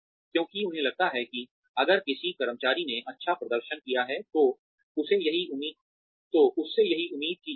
क्योंकि उन्हें लगता है कि अगर किसी कर्मचारी ने अच्छा प्रदर्शन किया है तो उससे यही उम्मीद की जाती है